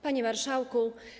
Panie Marszałku!